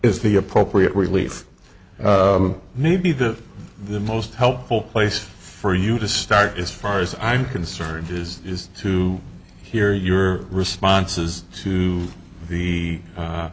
is the appropriate relief maybe that the most helpful place for you to start as far as i'm concerned is to hear your responses to the